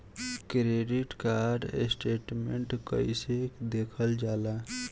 Credit card statement कइसे देखल जाला?